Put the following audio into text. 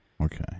Okay